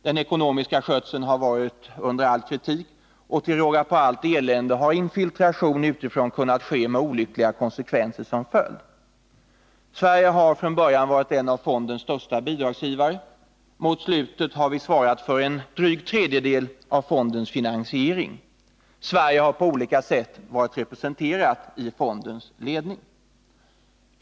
Den ekonomiska skötseln har varit under all kritik, och till råga på allt elände har infiltration utifrån kunnat ske med olyckliga konsekvenser som följd. Sverige har från början varit en av fondens största bidragsgivare. Mot slutet har vi svarat för en dryg tredjedel av fondens finansiering. Sverige har på olika sätt varit representerat i fondens ledning.